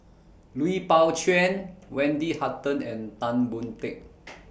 Lui Pao Chuen Wendy Hutton and Tan Boon Teik